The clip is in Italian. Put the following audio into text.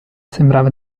sembrava